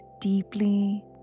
deeply